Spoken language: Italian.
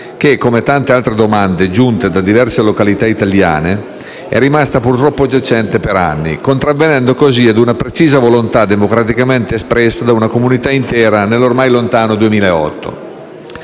che, come tante altre domande pervenute da diverse località italiane, è rimasta purtroppo giacente per anni, contravvenendo così ad una precisa volontà democraticamente espressa da una comunità intera nell'ormai lontano 2008.